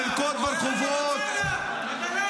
ונרקוד ברחובות ----- אתה לא אמור להיות פה בכלל.